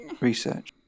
research